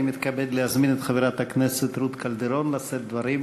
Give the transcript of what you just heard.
אני מתכבד להזמין את חברת הכנסת רות קלדרון לשאת דברים.